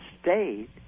state